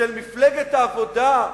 של מפלגת העבודה,